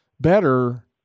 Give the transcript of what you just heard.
better